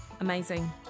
Amazing